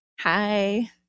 Hi